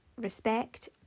respect